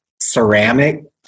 ceramic